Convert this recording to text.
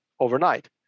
Overnight